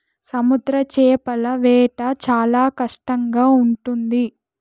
సముద్ర చేపల వేట చాలా కష్టంగా ఉంటుంది